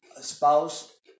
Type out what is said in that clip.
spouse